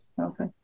okay